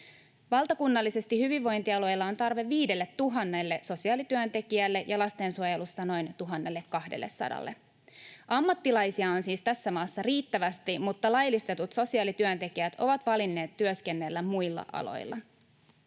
Valtakunnallisesti hyvinvointialueilla on tarve 5 000 sosiaalityöntekijälle ja lastensuojelussa noin 1 200:lle. Ammattilaisia on siis tässä maassa riittävästi, mutta laillistetut sosiaalityöntekijät ovat valinneet työskennellä muilla aloilla.